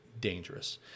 dangerous